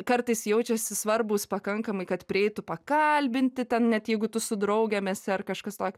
kartais jaučiasi svarbūs pakankamai kad prieitų pakalbinti ten net jeigu tu su draugėm esi ar kažkas tokio